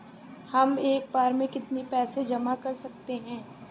हम एक बार में कितनी पैसे जमा कर सकते हैं?